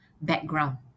background